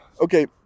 Okay